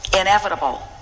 inevitable